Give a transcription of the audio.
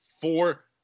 four